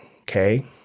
okay